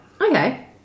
Okay